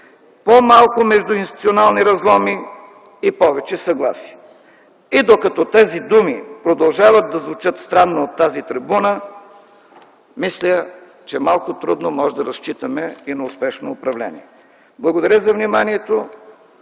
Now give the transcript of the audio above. по-малко междуинституционални разломи и повече съгласие. Докато тези думи продължават да звучат странно от тази трибуна, мисля, че малко трудно може да разчитаме и на успешно управление. Нека пожелаем